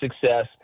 success